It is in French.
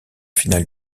finale